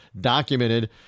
documented